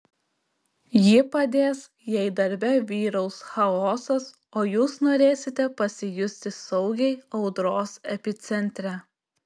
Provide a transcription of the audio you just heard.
ji padės jei darbe vyraus chaosas o jūs norėsite pasijusti saugiai audros epicentre